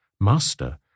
Master